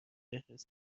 فهرست